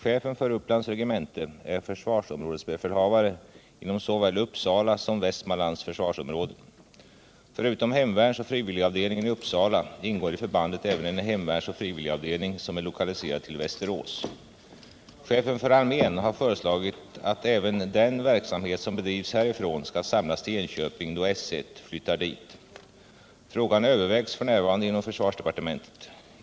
Chefen för Upplands regemente är försvarsområdesbefälhavare inom såväl Uppsala som Västmanlands försvarsområden. Förutom hemvärnsoch frivilligavdelningen i Uppsala ingår i förbandet även en hemvärnsoch frivilligavdelning som är lokaliserad till Västerås. Chefen för armén har föreslagit att även den verksamhet som bedrivs härifrån skall samlas till Enköping då S 1 flyttar dit. Frågan övervägs f. n. inom försvarsdepartementet.